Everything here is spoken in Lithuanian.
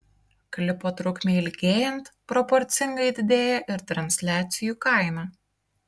klipo trukmei ilgėjant proporcingai didėja ir transliacijų kaina